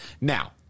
Now